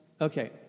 Okay